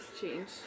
change